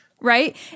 right